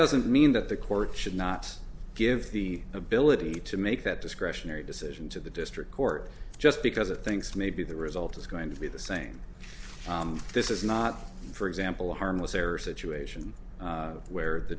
doesn't mean that the court should not give the ability to make that discretionary decision to the district court just because it thinks maybe the result is going to be the same this is not for example a harmless error situation where the